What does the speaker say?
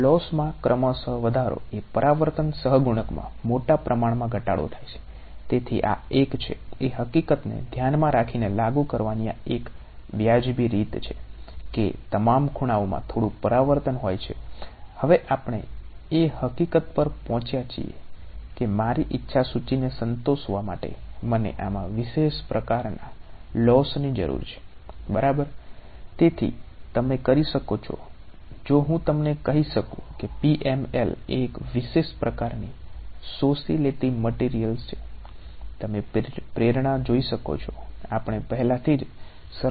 લોસમાંના બે અર્થઘટન છે બરાબર